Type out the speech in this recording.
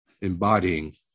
embodying